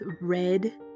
red